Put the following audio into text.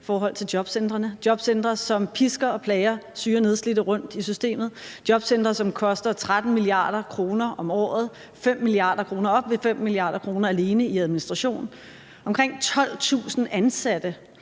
i forhold til jobcentrene – jobcentre, som pisker og plager syge og nedslidte rundt i systemet, jobcentre, som koster 13 mia. kr. om året, op mod 5 mia. kr. alene i administration, omkring 12.000 ansatte,